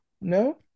No